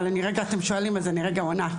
אבל אתם שואלים אז אני עונה.